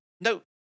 No